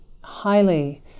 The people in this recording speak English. highly